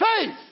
faith